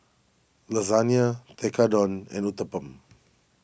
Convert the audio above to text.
Lasagna Tekkadon and Uthapam